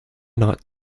not